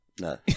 no